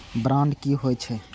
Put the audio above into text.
Bond की होई छै?